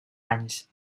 anys